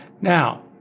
Now